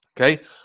okay